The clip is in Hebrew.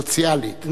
סוציאלית.